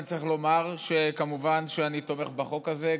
אני צריך לומר שכמובן אני תומך בחוק הזה,